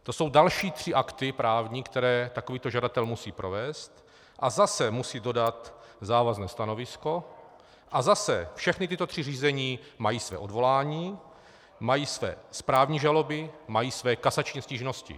To jsou další tři právní akty, které takovýto žadatel musí provést, a zase musí dodat závazné stanovisko, a zase všechna tato tři řízení mají své odvolání, mají své správní žaloby, mají své kasační stížnosti.